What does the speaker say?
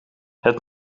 het